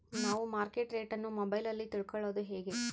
ನಾವು market rate ಅನ್ನು ಮೊಬೈಲಲ್ಲಿ ತಿಳ್ಕಳೋದು ಹೇಗೆ?